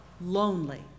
lonely